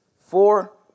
four